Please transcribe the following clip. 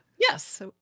Yes